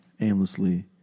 aimlessly